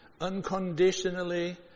unconditionally